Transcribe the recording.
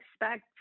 expect